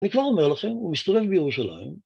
אני כבר אומר לכם, הוא מסתובב בירושלים.